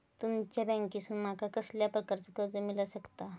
तुमच्या बँकेसून माका कसल्या प्रकारचा कर्ज मिला शकता?